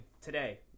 today